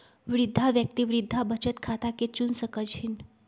वृद्धा व्यक्ति वृद्धा बचत खता के चुन सकइ छिन्ह